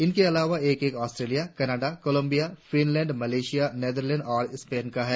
इनके अलावा एक एक Australia Canada Colombia Finland Malaysia Netherlands और स्पेन का है